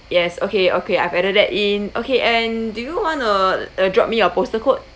yes okay okay I've added that in okay and do you want to uh drop me your postal code